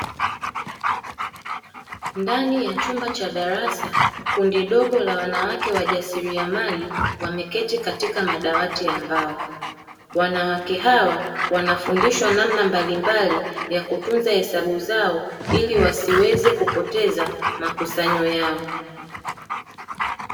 Ndani ya chumba cha darasa, kundi dogo la wanawake wajasiriamali wameketi katika madawati ya mbao. Wanawake hawa wanafundishwa namna mbalimbali ya kutunza hesabu zao ili wasiweze kupoteza makusanyo yao.